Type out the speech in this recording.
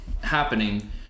happening